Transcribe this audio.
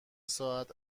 ساعت